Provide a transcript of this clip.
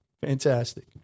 Fantastic